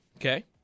Okay